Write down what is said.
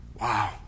Wow